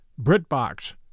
BritBox